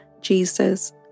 Jesus